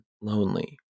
lonely